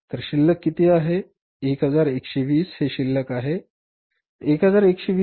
तर शिल्लक किती आहे 1120 हे शिल्लक आहे जे बाकी आहे